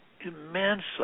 immensely